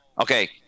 okay